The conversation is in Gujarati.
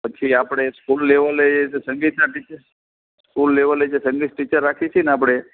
પછી આપણે સ્કૂલ લેવલે એ રીતે સંગીતના ટીચર્સ સ્કૂલ લેવલે જે સંગીત ટીચર રાખીએ છીએ ને આપણે